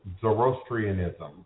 Zoroastrianism